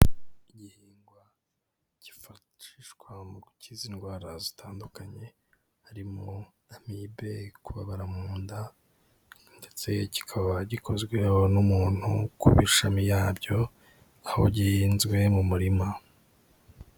Igihingwa kifashishwa mu gukiza indwara zitandukanye harimo amibe, kubabara mu nda ndetse kikaba gikozweho n'umuntu ku mashami yabyo aho gihinzwe mu murima.